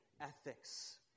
ethics